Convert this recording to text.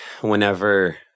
whenever